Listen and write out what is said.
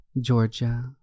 Georgia